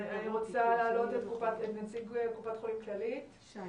אני רוצה להעלות את נציג קופת חולים כללית, שי